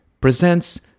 presents